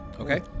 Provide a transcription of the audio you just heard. Okay